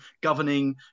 governing